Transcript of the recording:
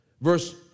verse